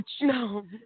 No